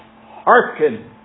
hearken